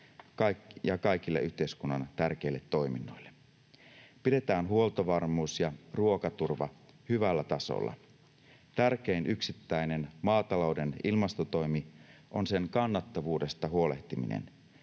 ja kaikille yhteiskunnan tärkeille toiminnoille. Pidetään huoltovarmuus ja ruokaturva hyvällä tasolla. Tärkein yksittäinen maatalouden ilmastotoimi on sen kannattavuudesta huolehtiminen.